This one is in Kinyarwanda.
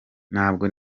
ntabwo